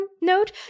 note